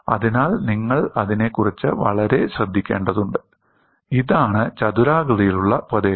അതിനാൽ നിങ്ങൾ അതിനെക്കുറിച്ച് വളരെ ശ്രദ്ധിക്കേണ്ടതുണ്ട് ഇതാണ് ചതുരാകൃതിയിലുള്ള പ്രദേശം